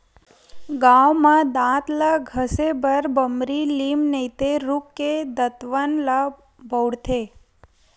गाँव म दांत ल घसे बर बमरी, लीम नइते रूख के दतवन ल बउरथे